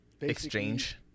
Exchange